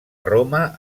roma